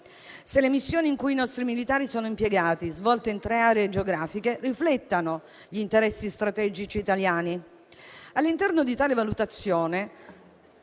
se le missioni in cui i nostri militari sono impiegati, svolte in tre aree geografiche, riflettano gli interessi strategici italiani. All'interno di tale valutazione